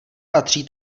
patří